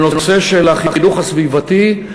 בנושא של החינוך הסביבתי,